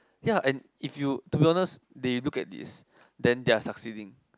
ya and if you to be honest they look at this then they are succeeding